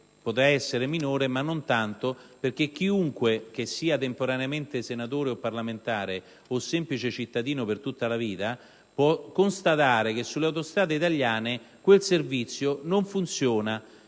apparire minore, ma non tanto, perché chiunque, che sia temporaneamente senatore o parlamentare o semplice cittadino per tutta la vita, può constatare che sulle autostrade italiane quel servizio non funziona,